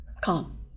Calm